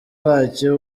bacyo